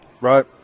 Right